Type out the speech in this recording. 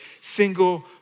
single